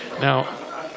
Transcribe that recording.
Now